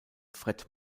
fred